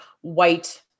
white